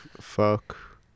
fuck